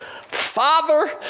Father